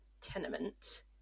tenement